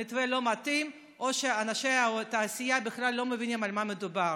המתווה לא מתאים או שהאנשים או התעשייה בכלל לא מבינים על מה מדובר.